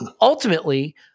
ultimately